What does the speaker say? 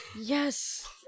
yes